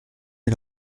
est